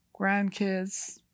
grandkids